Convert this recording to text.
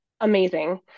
amazing